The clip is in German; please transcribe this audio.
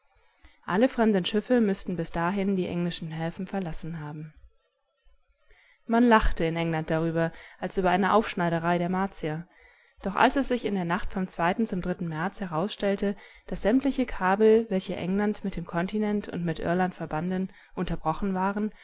alle fremden schiffe müßten bis dahin die englischen häfen verlassen haben man lachte in england darüber als über eine aufschneiderei der martier doch als es sich in der nacht vom zweiten zum dritten märz herausstellte daß sämtliche kabel welche england mit dem kontinent und mit irland verbanden unterbrochen waren